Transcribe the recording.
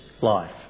life